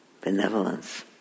benevolence